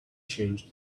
changed